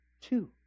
two